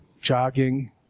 jogging